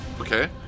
Okay